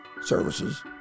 services